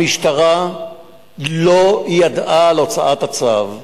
המשטרה לא ידעה על הוצאת הצו,